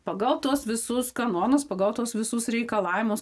pagal tuos visus kanonus pagal tuos visus reikalavimus